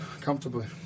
comfortably